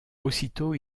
aussitôt